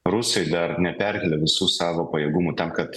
rusai dar neperkėlė visų savo pajėgumų tam kad